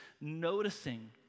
noticing